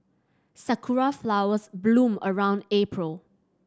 sakura flowers bloom around April